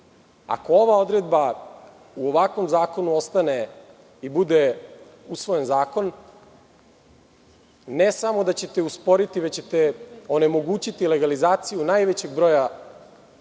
Ako ova odredba u ovakvom zakonu ostane i bude usvojen zakon, ne samo da ćete usporiti, već ćete onemogućiti legalizaciju najvećeg broja